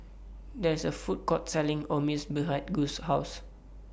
There IS A Food Court Selling Omurice behind Guss' House